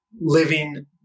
living